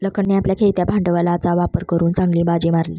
लखनने आपल्या खेळत्या भांडवलाचा वापर करून चांगली बाजी मारली